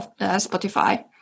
Spotify